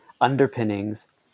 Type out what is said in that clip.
underpinnings